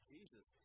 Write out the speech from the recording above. Jesus